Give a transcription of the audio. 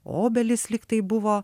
obelys lyg tai buvo